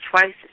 twice